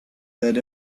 that